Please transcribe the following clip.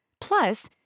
Plus